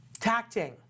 tacting